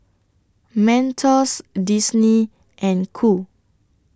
Mentos Disney and Qoo